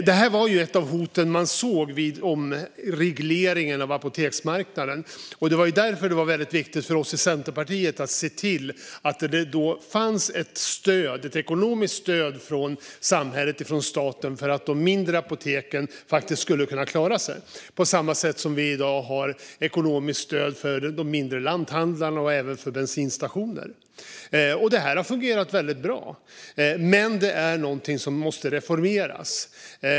Det här var ett av hoten som man kunde se vid omregleringen av apoteksmarknaden. Det var därför det var viktigt för oss i Centerpartiet att se till att det fanns ett ekonomiskt stöd från staten så att de mindre apoteken skulle klara sig, på samma sätt som det i dag finns ekonomiskt stöd för mindre lanthandlar och bensinstationer. Det här har fungerat bra, men det är något som måste reformeras.